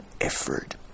effort